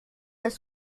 das